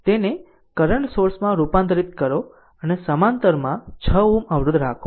તેને કરંટ સોર્સમાં રૂપાંતરિત કરો અને સમાંતરમાં 6 Ω અવરોધ રાખો